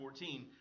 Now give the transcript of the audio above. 14